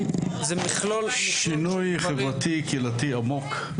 זה מכלול שינוי חברתי קהילתי עמוק.